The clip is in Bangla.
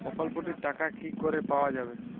প্রকল্পটি র টাকা কি করে পাওয়া যাবে?